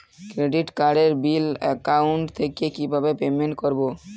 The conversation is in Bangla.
ক্রেডিট কার্ডের বিল অ্যাকাউন্ট থেকে কিভাবে পেমেন্ট করবো?